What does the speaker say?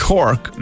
Cork